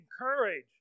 encourage